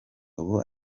ubu